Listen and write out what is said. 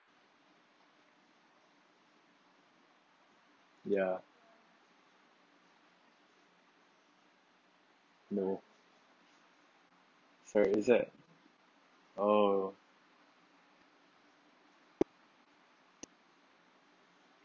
ya no sorry is that oh